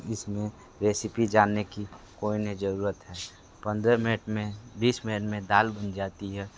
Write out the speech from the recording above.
इसमे रेसीपी जानने की कोई नहीं ज़रूरत है पन्द्रह मिनट में बीस मिनट में दाल बन जाती है और